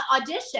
audition